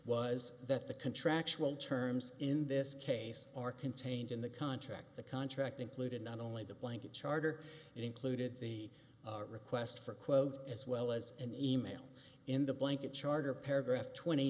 was that the contractual terms in this case are contained in the contract the contract included not only the blanket charter it included the request for quote as well as an email in the blanket charter paragraph twenty